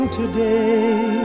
today